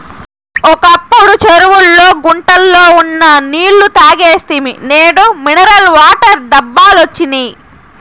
ఒకప్పుడు చెరువుల్లో గుంటల్లో ఉన్న నీళ్ళు తాగేస్తిమి నేడు మినరల్ వాటర్ డబ్బాలొచ్చినియ్